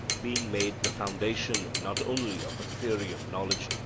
being made the foundation not only of a theory of knowledge,